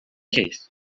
case